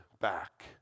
back